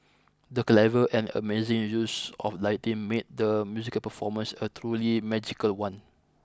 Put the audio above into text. the clever and amazing use of lighting made the musical performance a truly magical one